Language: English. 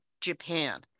Japan